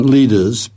Leaders